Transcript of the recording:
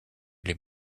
les